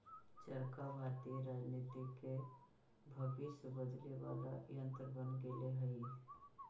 चरखा भारतीय राजनीति के भविष्य बदले वाला यन्त्र बन गेले हई